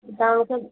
तव्हां मूंखे